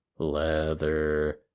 leather